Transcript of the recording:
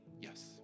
Yes